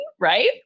right